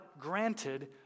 granted